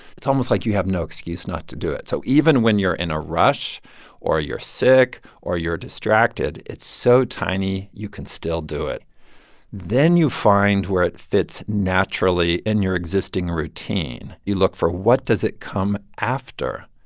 it's almost like you have no excuse not to do it. so even when you're in a rush or you're sick or you're distracted, it's so tiny you can still do it then you find where it fits naturally in your existing routine. you look for, what does it come after?